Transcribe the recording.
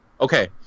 Okay